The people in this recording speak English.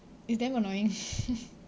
it's damn annoying